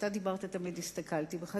וכשאתה דיברת תמיד הסתכלתי בך.